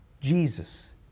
Jesus